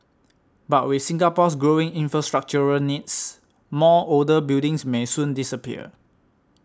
but with Singapore's growing infrastructural needs more older buildings may soon disappear